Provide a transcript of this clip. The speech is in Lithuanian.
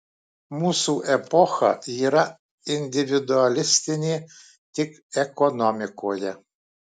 mūsų epocha yra individualistinė tik ekonomikoje